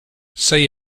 say